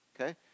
okay